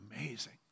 amazing